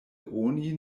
oni